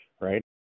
right